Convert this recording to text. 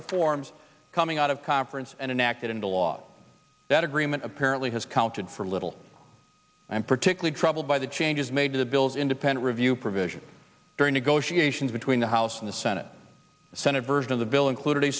reforms coming out of conference and enacted into law that agreement apparently has counted for little i'm particularly troubled by the changes made to the bill's independent review provision during negotiations between the house and the senate the senate version of the bill included a